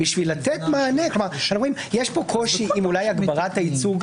אני חושב שלא הגיוני להגיע פה למצב- -- אין פה קפיצת מדרגה של שליש.